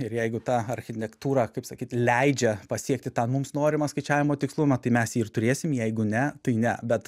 ir jeigu ta architektūra kaip sakyt leidžia pasiekti tą mums norimą skaičiavimo tikslumą tai mes jį ir turėsim jeigu ne tai ne bet